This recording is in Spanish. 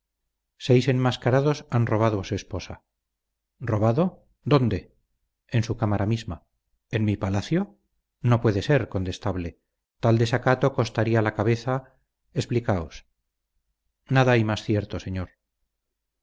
saberlas seis enmascarados han robado a su esposa robado dónde en su cámara misma en mi palacio no puede ser condestable tal desacato costaría la cabeza explicaos nada hay más cierto señor